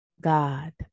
God